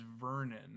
Vernon